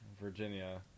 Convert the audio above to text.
Virginia